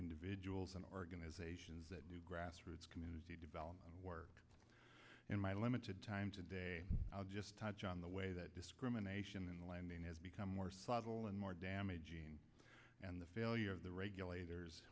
individuals and organizations that do grassroots community development work in my limited time today i'll just touch on the way that discrimination in the landing has become more subtle and more damaging and the failure of the regulators